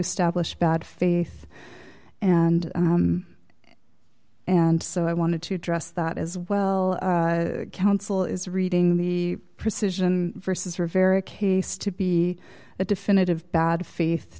establish bad faith and and so i wanted to address that as well counsel is reading the precision versus rivera case to be a definitive bad fa